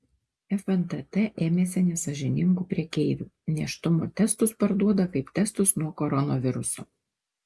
fntt ėmėsi nesąžiningų prekeivių nėštumo testus parduoda kaip testus nuo koronaviruso